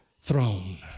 Throne